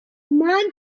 man